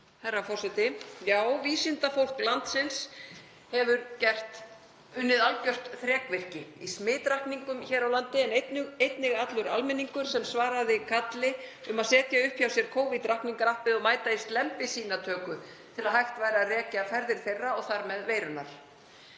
Herra forseti. Já, vísindafólk landsins hefur unnið algjört þrekvirki í smitrakningum hér á landi en einnig allur almenningur sem svaraði kalli um að setja upp hjá sér Covid-rakningarappið og mæta í slembisýnatöku til að hægt væri að rekja ferðir þeirra og þar með veirunnar.